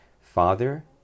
father